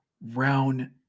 round